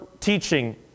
teaching